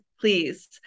please